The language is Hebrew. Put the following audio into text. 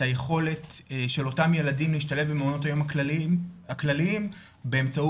היכולת של אותם ילדים להשתלב במעונות היום הכלליים באמצעות